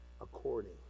according